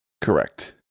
correct